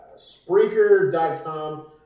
Spreaker.com